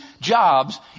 jobs